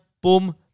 boom